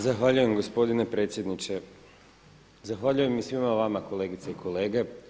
Zahvaljujem gospodine predsjedniče, zahvaljujem i svima vama kolegice i kolege.